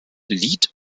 lied